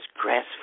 grass